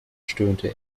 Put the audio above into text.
stöhnte